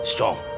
Strong